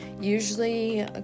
usually